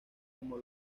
como